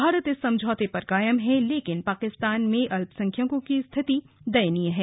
भारत इस समझौते पर कायम है लेकिन पाकिस्तान में अल्पसंख्यकों की स्थिति दयनीय हैं